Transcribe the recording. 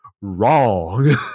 wrong